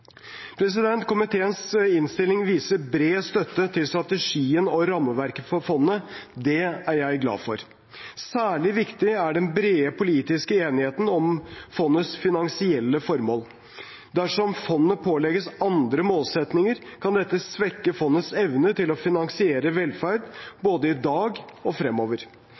Komiteens innstilling viser bred støtte til strategien og rammeverket for fondet. Det er jeg glad for. Særlig viktig er den brede politiske enigheten om fondets finansielle formål. Dersom fondet pålegges andre målsettinger, kan dette svekke fondets evne til å finansiere velferd både i dag og fremover.